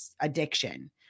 addiction